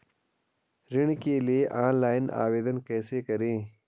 ऋण के लिए ऑनलाइन आवेदन कैसे करें?